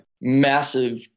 massive